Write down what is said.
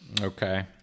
Okay